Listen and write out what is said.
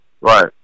Right